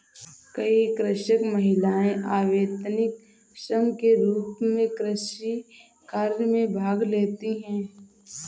कई कृषक महिलाएं अवैतनिक श्रम के रूप में कृषि कार्य में भाग लेती हैं